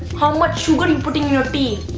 how much sugar you put in your tea,